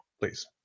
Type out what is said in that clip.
Please